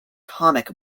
comic